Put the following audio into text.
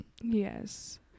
yes